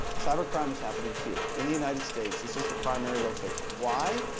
cybercrime is happening here in the united states. this is the primary location. why?